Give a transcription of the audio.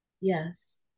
yes